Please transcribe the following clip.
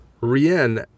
Rien